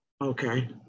Okay